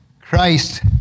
Christ